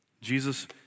Jesus